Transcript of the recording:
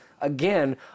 again